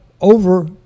over